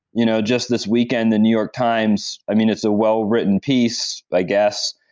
you know just this weekend the new york times, i mean it's a well-written piece, i guess,